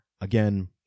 again